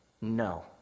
no